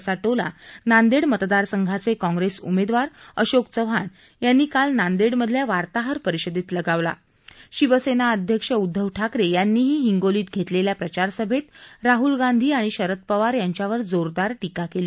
असा टोला नांदेड मतदारसंचाचे काँग्रेस उमेदवार अशोक चव्हाण यांनी काल नांदेडमधल्या वार्ताहरपरिषदेत लगावला शिवसेना अध्यक्ष उद्धव ठाकरे यांनीही हिंगोलीत घेतलेल्या प्रचारसभेत राहुल गांधी आणि शरद पवार यांच्यावर जोरदार टीका केली